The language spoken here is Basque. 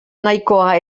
nahikoa